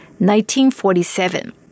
1947